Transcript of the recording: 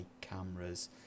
cameras